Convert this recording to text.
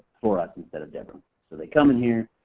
for us instead of deborah. so they come in here,